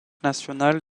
national